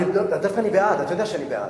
דווקא אני בעד, אתה יודע שאני בעד.